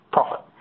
Profit